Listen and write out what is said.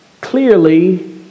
clearly